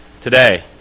today